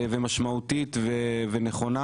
משמעותית ונכונה